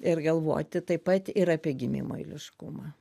ir galvoti taip pat ir apie gimimo eiliškumą